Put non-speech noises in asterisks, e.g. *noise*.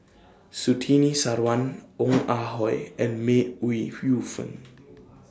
Surtini Sarwan Ong *noise* Ah Hoi and May Ooi Yu Fen